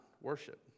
worship